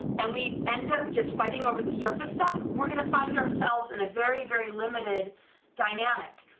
and we end up just fighting over the surface stuff, we're gonna find ourselves in a very very limited dynamic,